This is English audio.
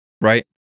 right